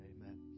Amen